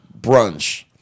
brunch